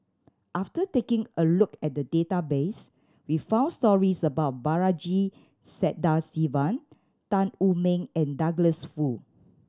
after taking a look at the database we found stories about Balaji Sadasivan Tan Wu Meng and Douglas Foo